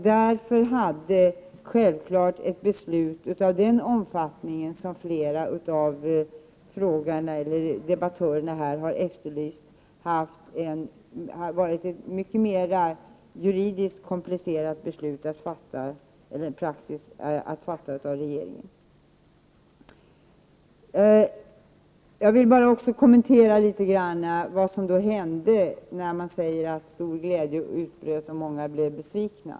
Därför hade självfallet ett beslut av den omfattning som flera av debattörerna efterlyst varit mycket mer komplicerat att fatta juridiskt sett. Jag vill också något kommentera vad som hände. Det sägs ju att stor glädje utbröt och att många blev besvikna.